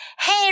Hey